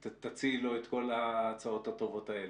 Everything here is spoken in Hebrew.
ותציעי לו את כל ההצעות הטובות האלה.